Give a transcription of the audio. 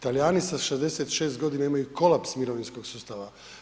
Talijani sa 66 godina imaju kolaps mirovinskog sustava.